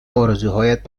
آرزوهایت